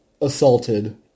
assaulted